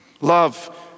love